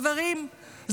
חברים,